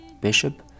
Bishop